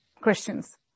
Christians